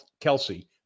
Kelsey